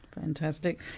Fantastic